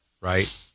Right